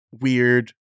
weird